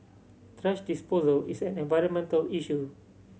thrash disposal is an environmental issue